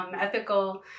ethical